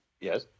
Yes